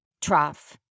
trough